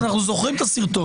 אנחנו זוכרים את הסרטון.